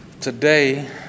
Today